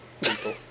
people